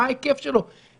מה ההיקף שלו?